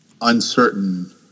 uncertain